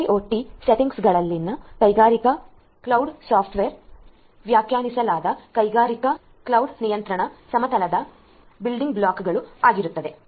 IIoT ಸೆಟ್ಟಿಂಗ್ಗಳಲ್ಲಿ ಕೈಗಾರಿಕಾ cloud software ವ್ಯಾಖ್ಯಾನಿಸಲಾದ ಕೈಗಾರಿಕಾ ಕ್ಲೌಡ್ ನಿಯಂತ್ರಣ ಸಮತಲದ ಬಿಲ್ಡಿಂಗ್ ಬ್ಲಾಕ್ಗಳು ಆಗಿರುತ್ತದೆ